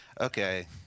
Okay